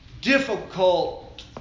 difficult